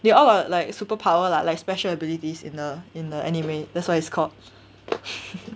they all got like superpower lah like special abilities in the in the anime that's why it's called